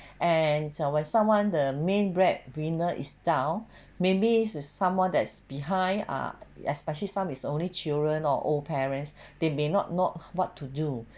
and so when someone the main bread winner is down maybe there's someone that is behind are especially some is only children or old parents they may not know what to do